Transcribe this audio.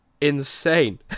insane